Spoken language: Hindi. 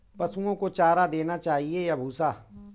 पशुओं को चारा देना चाहिए या भूसा?